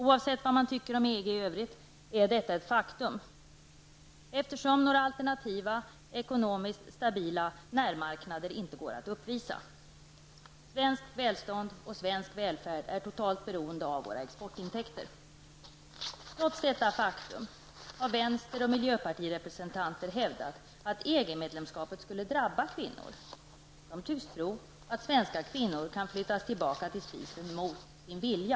Oavsett vad man tycker om EG i övrigt är detta ett faktum, eftersom några alternativa ekonomiskt stabila närmarknader inte går att uppvisa. Svenskt välstånd och svensk välfärd är totalt beroende av våra exportintäkter. Trots detta faktum har vänster och miljöpartirepresentanter hävdat att ett EG medlemskap drabbar kvinnor på ett negativt sätt. De tycks tro att svenska kvinnor kan flyttas tillbaka till spisen mot sin egen vilja.